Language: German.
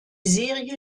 serie